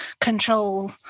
control